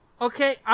Okay